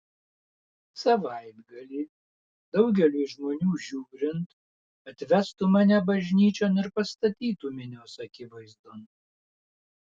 savaitgalį daugeliui žmonių žiūrint atvestų mane bažnyčion ir pastatytų minios akivaizdon